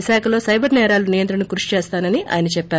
విశాఖలో సైబర్ నేరాలు నియంత్రణకు కృషి చేస్తానని చెప్పారు